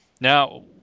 Now